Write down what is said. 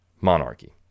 monarchy